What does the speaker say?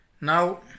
Now